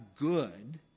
good